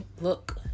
look